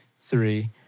three